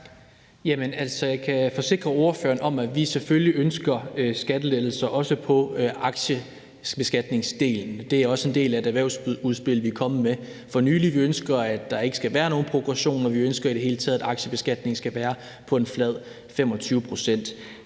Jeg kan forsikre ordføreren om, at vi selvfølgelig også ønsker skattelettelser på aktiebeskatningsdelen. Det er også en del af det erhvervsudspil, vi er kommet med for nylig. Vi ønsker, at der ikke skal være nogen progression, og vi ønsker i det hele taget, at der skal være en flad